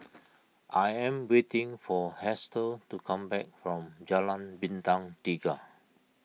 I am waiting for Hester to come back from Jalan Bintang Tiga